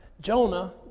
Jonah